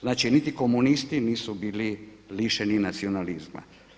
Znači niti komunisti nisu bili lišeni nacionalizma.